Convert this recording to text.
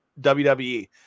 WWE